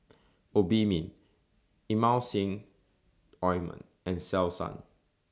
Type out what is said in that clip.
Obimin Emulsying Ointment and Selsun